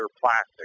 plastic